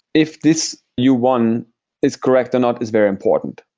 if this you won is correct or not is very important,